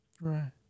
Right